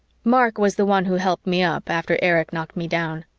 mark was the one who helped me up after erich knocked me down.